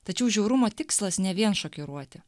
tačiau žiaurumo tikslas ne vien šokiruoti